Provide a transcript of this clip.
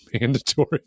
mandatory